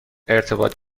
ارتباط